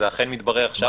זה אכן מתברר עכשיו.